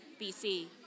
BC